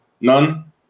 none